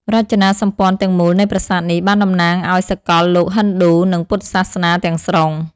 រចនាសម្ព័ន្ធទាំងមូលនៃប្រាសាទនេះបានតំណាងឲ្យសកលលោកហិណ្ឌូ និងពុទ្ធសាសនាទាំងស្រុង។